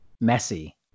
messy